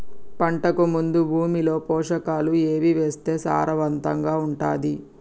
పంటకు ముందు భూమిలో పోషకాలు ఏవి వేస్తే సారవంతంగా ఉంటది?